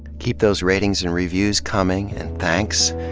keep those ratings and reviews coming, and thanks.